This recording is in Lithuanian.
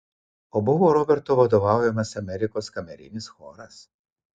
o buvo roberto vadovaujamas amerikos kamerinis choras